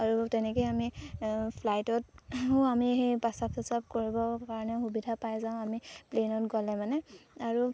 আৰু তেনেকেই আমি ফ্লাইটতো আমি সেই প্ৰস্ৰাৱ স্ৰস্ৰাৱ কৰিবৰ কাৰণে সুবিধা পাই যাওঁ আমি প্লেইনত গ'লে মানে আৰু